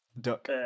Duck